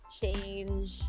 change